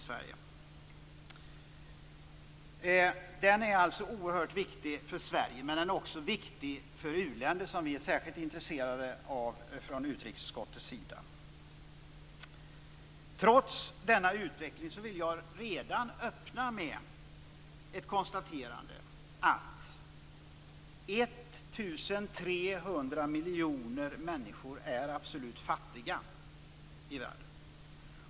Handeln är oerhört viktig för Sverige, men den är också viktig för u-länder - vilket utrikesutskottet är särskilt intresserat av. Trots denna utveckling vill jag konstatera att 1 300 miljoner människor i världen är absolut fattiga.